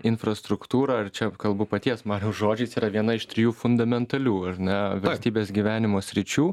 infrastruktūra ar čia kalbu paties mariaus žodžiais yra viena iš trijų fundamentalių ar ne tybės gyvenimo sričių